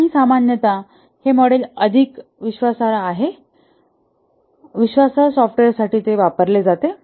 आणि सामान्यत हे मॉडेल अधिक विश्वासार्ह सॉफ्टवेअर साठी वापरले जाते